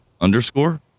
underscore